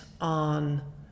on